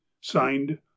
Signed